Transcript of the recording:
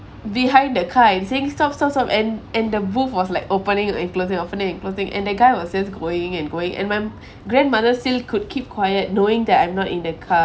behind the car and saying stop stop stop and and the boot was like opening and closing opening and closing and the guy was just going and going and my grandmother still could keep quiet knowing that I'm not in the car